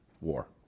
war